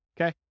Okay